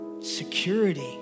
Security